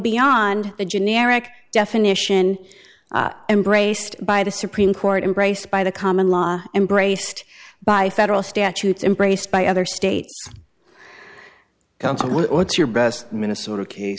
beyond the generic definition embraced by the supreme court embraced by the common law embraced by federal statutes embraced by other state council what's your best minnesota case